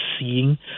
seeing